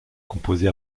composés